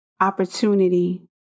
opportunity